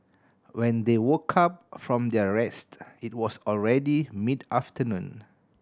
when they woke up from their rest it was already mid afternoon